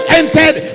entered